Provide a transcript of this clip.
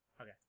Okay